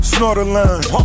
Snort-a-line